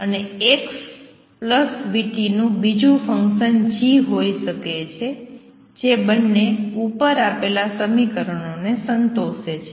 અને x vt નું બીજું ફંક્શન g હોઈ શકે છે જે બંને ઉપર આપેલા સમીકરણને સંતોષે છે